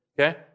Okay